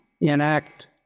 enact